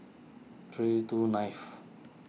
three two ninth